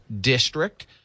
District